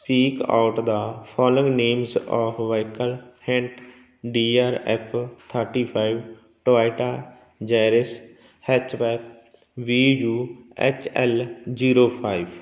speak out the following names of vehicle hint D R F thirty five Toyota Yaris hatchback V U H L zero five